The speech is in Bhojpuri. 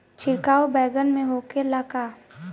छिड़काव बैगन में होखे ला का?